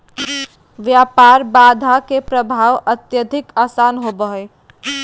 व्यापार बाधा के प्रभाव अत्यधिक असमान होबो हइ